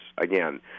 Again